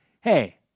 hey